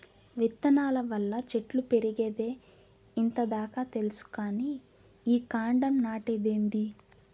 విత్తనాల వల్ల చెట్లు పెరిగేదే ఇంత దాకా తెల్సు కానీ ఈ కాండం నాటేదేందీ